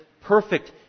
perfect